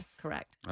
correct